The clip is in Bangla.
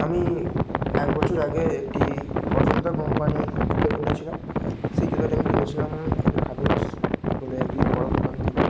আমি এক বছর আগে একটি অজন্তা কম্পানির জুতো কিনেছিলাম সেই জুতোটা আমি কিনেছিলাম একটু খাদিমস বলে একটি বড়ো দোকান থেকে